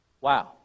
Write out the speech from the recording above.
Wow